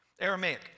Aramaic